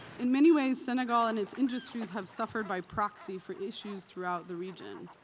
in many ways senegal and its industries have suffered by proxy for issues throughout the region.